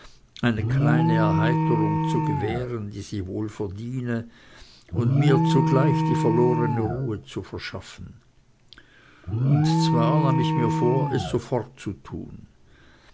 eine kleine erheiterung zu gewähren die sie wohl verdiene und mir zugleich die verlorene ruhe zu verschaffen und zwar nahm ich mir vor es sofort zu tun